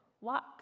walk